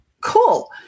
Cool